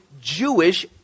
Jewish